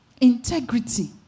Integrity